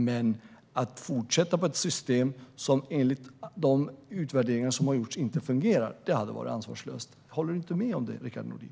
Men att fortsätta med ett system som enligt de utvärderingar som har gjorts inte fungerar hade varit ansvarslöst. Håller du inte med om det, Rickard Nordin?